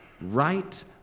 right